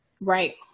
right